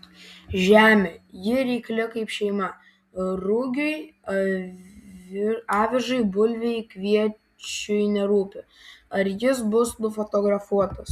žemė ji reikli kaip šeima rugiui avižai bulvei kviečiui nerūpi ar jis bus nufotografuotas